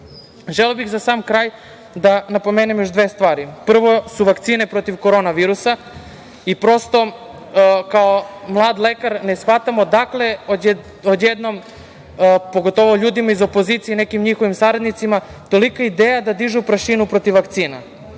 bih za sam kraj da napomenem dve stvari. Prvo su vakcine protiv korona virusa i prosto kao mlad lekar ne shvatam odakle odjednom, pogotovo ljudima iz opozicije i nekim njihovim saradnicima, tolika ideja da dižu prašinu protiv vakcina.